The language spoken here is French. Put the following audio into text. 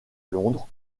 londres